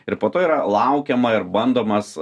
ir po to yra laukiama ir bandomas